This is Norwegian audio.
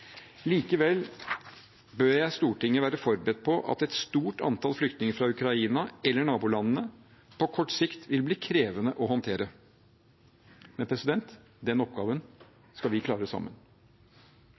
Likevel ber jeg Stortinget være forberedt på at et stort antall flyktninger fra Ukraina eller nabolandene på kort sikt vil bli krevende å håndtere, men den oppgaven